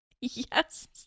Yes